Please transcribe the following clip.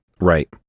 right